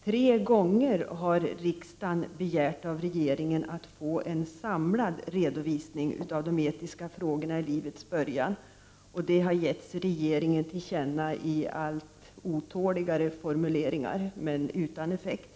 Tre gånger har riksdagen begärt av regeringen att få en samlad redovisning av de etiska frågorna i samband med livets början, och detta har getts regeringen till känna i allt otåligare formuleringar, men utan effekt.